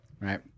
Right